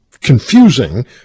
confusing